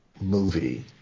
movie